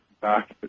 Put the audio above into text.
back